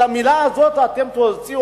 את המלה הזאת אתם תוציאו,